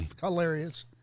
hilarious